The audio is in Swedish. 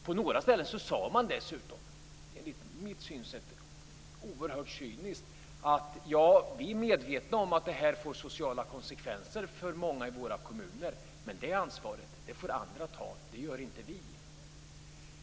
På några ställen sade man dessutom - enligt mitt sätt att se oerhört cyniskt - att man var medveten om att detta fick sociala konsekvenser för många i de egna kommunerna men att det ansvaret får andra ta; det tar inte vi.